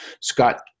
Scott